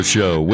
Show